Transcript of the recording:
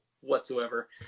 whatsoever